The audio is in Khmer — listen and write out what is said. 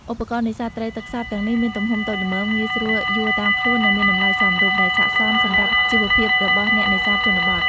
ឧបករណ៍នេសាទទឹកសាបទាំងនេះមានទំហំតូចល្មម ងាយស្រួលយួរតាមខ្លួន និងមានតម្លៃសមរម្យ ដែលស័ក្តិសមសម្រាប់ជីវភាពរបស់អ្នកនេសាទជនបទ។